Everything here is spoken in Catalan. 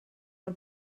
per